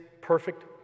perfect